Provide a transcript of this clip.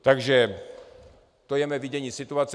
Takže to je mé vidění situace.